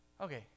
Okay